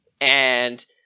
and-